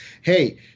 hey